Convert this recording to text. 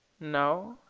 no.